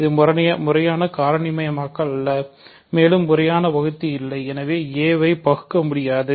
இது முறையான காரணிமயமாக்கல் அல்ல மேலும் முறையான வகுத்தி இல்லை எனவே a ஐ பகுக்க முடியாதது